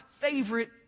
favorite